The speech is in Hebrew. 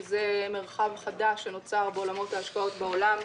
שהוא מרחב חדש שנוצר בעולמות ההשקעות בעולם.